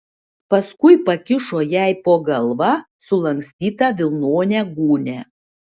paskui pakišo jai po galva sulankstytą vilnonę gūnią